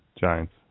Giants